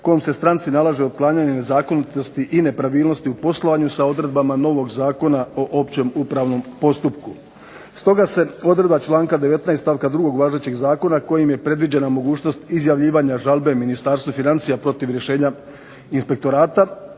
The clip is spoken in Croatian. kojom se stranci nalaže otklanjanje nezakonitosti i nepravilnosti u poslovanju sa odredbama novog Zakona o općem upravnom postupku. Stoga se odredba članka 19. stavka 2. važećeg zakona, kojim je predviđena mogućnost izjavljivanja žalbe Ministarstvu financija protiv rješenja inspektorata,